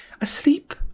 asleep